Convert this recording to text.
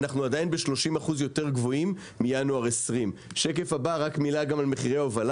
אנחנו עדיין ב-30% יותר גבוהים מינואר 2020. (שקף: מחירי התובלה